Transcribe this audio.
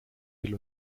will